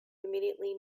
immediately